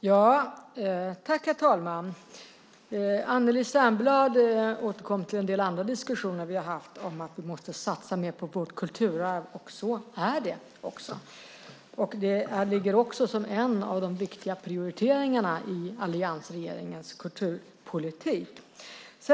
Herr talman! Anneli Särnblad återkom till en del andra diskussioner som vi har haft om att vi måste satsa mer på vårt kulturarv, och så är det. Det ligger också som en av de viktiga prioriteringarna i alliansregeringens kulturpolitik.